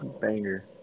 banger